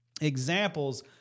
examples